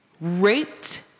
Raped